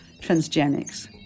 transgenics